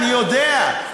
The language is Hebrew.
אני יודע,